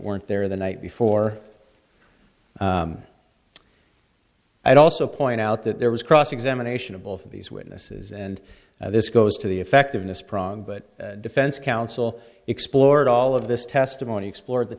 weren't there the night before i also point out that there was cross examination of both of these witnesses and this goes to the effectiveness prong but defense counsel explored all of this testimony explored the